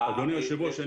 --- אדוני היושב ראש,